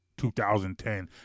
2010